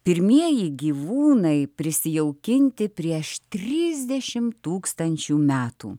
pirmieji gyvūnai prisijaukinti prieš tridešim tūkstančių metų